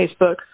facebook